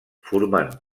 formant